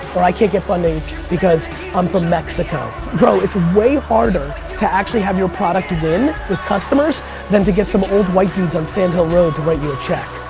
or, i can't get funding because i'm from mexico. bro, it's way harder to actually have your product win with customers than to get some old white dudes on sand hill road to write you a check.